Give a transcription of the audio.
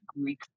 Greek